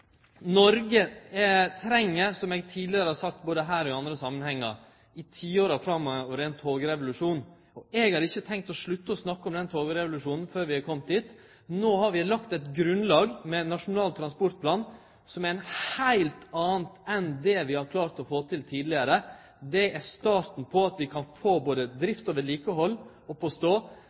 Noreg treng, som eg tidlegare har sagt både her og i andre samanhenger, ein togrevolusjon i tiåra framover. Eg har ikkje tenkt å slutte å snakke om den togrevolusjonen før vi har kome dit. No har vi lagt eit grunnlag med Nasjonal transportplan, som er noko heilt anna enn det vi har klart å få til tidlegare. Det er starten på at vi kan få både drift og vedlikehald opp og stå,